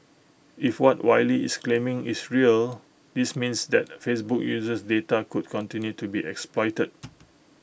if what Wylie is claiming is real this means that Facebook user data could continue to be exploited